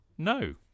No